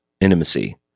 intimacy